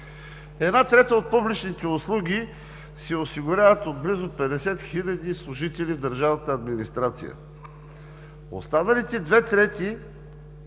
Една трета от публичните услуги се осигуряват от близо 50 хиляди служители в държавната администрация. Останалите две трети